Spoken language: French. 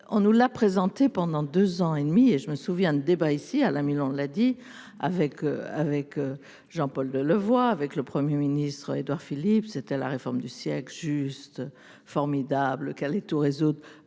on nous l'a présenté pendant 2 ans et demi et je me souviens de débats ici à la mi-longs là dit avec avec Jean Paul Delevoye, avec le Premier ministre, Édouard Philippe, c'était la réforme du siècle, juste, formidable qui allait tout résoudre